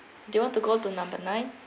do you want to go to number nine